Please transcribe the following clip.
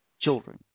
children